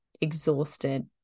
exhausted